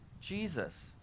Jesus